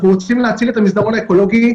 אנחנו רוצים להציל את המסדרון האקולוגי,